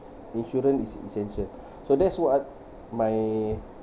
insurance is essential so that's why I my